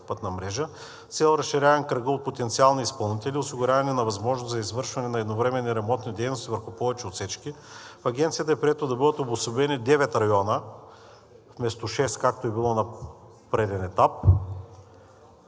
пътна мрежа, с цел разширяване на кръга от потенциални изпълнители, осигуряване на възможност за извършване на едновременни ремонтни дейности върху повече отсечки, в Агенцията е прието да бъдат обособени девет района вместо шест, както е било на преден етап